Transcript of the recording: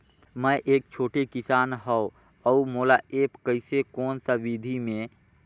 मै एक छोटे किसान हव अउ मोला एप्प कइसे कोन सा विधी मे?